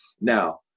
Now